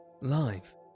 live